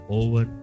over